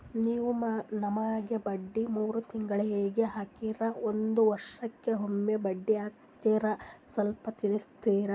ನೀವು ನಮಗೆ ಬಡ್ಡಿ ಮೂರು ತಿಂಗಳಿಗೆ ಹಾಕ್ತಿರಾ, ಒಂದ್ ವರ್ಷಕ್ಕೆ ಒಮ್ಮೆ ಬಡ್ಡಿ ಹಾಕ್ತಿರಾ ಸ್ವಲ್ಪ ತಿಳಿಸ್ತೀರ?